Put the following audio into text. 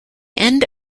end